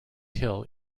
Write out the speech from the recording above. hill